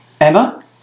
Emma